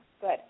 good